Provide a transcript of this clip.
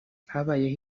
habayeho